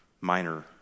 minor